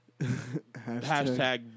Hashtag